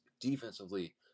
Defensively